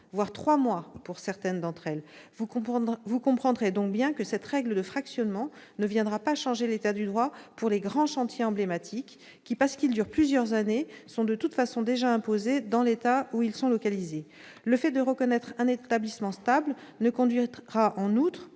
voire trois mois pour certaines d'entre elles. Vous comprendrez donc bien que cette règle de fractionnement ne viendra pas changer l'état du droit pour les grands chantiers emblématiques qui, parce qu'ils durent plusieurs années, sont de toute façon déjà imposés dans l'État où ils sont localisés. En outre, le fait de reconnaître un établissement stable ne conduira pas